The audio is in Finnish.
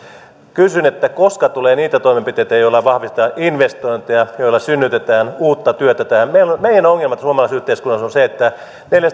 kysyn koska tulee niitä toimenpiteitä joilla vahvistetaan investointeja joilla synnytetään uutta työtä meidän ongelmamme suomalaisessa yhteiskunnassa on se että